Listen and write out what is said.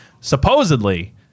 supposedly